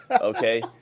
okay